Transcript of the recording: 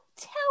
tell